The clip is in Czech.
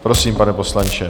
Prosím, pane poslanče.